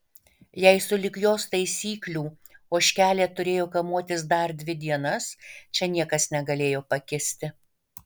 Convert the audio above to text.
jei sulig jos taisyklių ožkelė turėjo kamuotis dar dvi dienas čia niekas negalėjo pakisti